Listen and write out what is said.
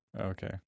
okay